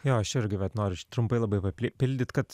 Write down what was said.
jo aš irgi vat noriu trumpai labai papildyt kad